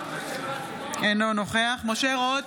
אינו נוכח משה רוט,